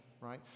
right